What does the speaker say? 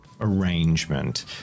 arrangement